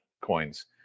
coins